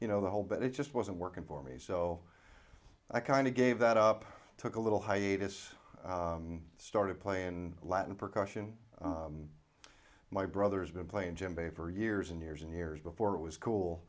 you know the whole bit it just wasn't working for me so i kind of gave that up took a little hiatus and started playing latin percussion my brother's been playing jim bay for years and years and years before it was cool